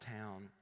town